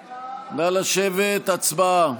הצבעה.